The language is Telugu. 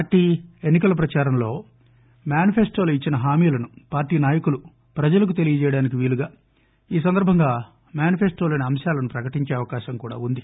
పార్టీ ఎన్ని కల ప్రచారంలో మేనిఫెస్టోలో ఇచ్చిన హామీలను పార్టీ నాయకులు ప్రజలకు తెలియజేయడానికి వీలుగా ఈ సందర్భంగా మేనిఫెస్టోలోని అంశాలను ప్రకటించే అవకాశం ఉంది